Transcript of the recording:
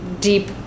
deep